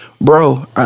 Bro